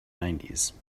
nineties